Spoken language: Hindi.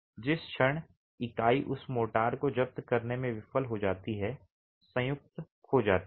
जिस क्षण इकाई उस मोर्टार को जब्त करने में विफल हो जाती है संयुक्त खो जाती है